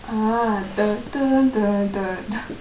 ah the